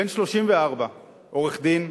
בן 34, עורך-דין,